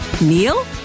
neil